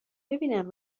ببینم